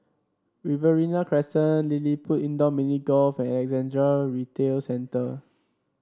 Riverina Crescent LilliPutt Indoor Mini Golf and Alexandra Retail Centre